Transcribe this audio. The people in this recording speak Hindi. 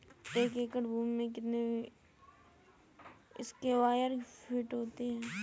एक एकड़ भूमि में कितने स्क्वायर फिट होते हैं?